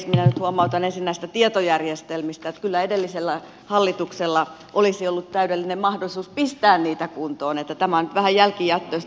minä nyt huomautan ensin näistä tietojärjestelmistä että kyllä edellisellä hallituksella olisi ollut täydellinen mahdollisuus pistää niitä kuntoon niin että tämä on nyt vähän jälkijättöistä